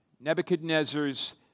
Nebuchadnezzar's